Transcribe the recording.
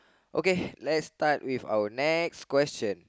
okay let's start with our next question